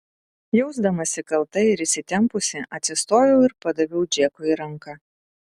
jausdamasi kalta ir įsitempusi atsistojau ir padaviau džekui ranką